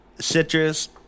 citrus